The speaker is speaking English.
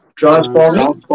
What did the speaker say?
transforming